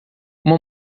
uma